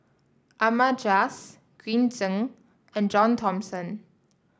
Ahmad Jais Green Zeng and John Thomson